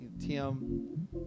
tim